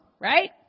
right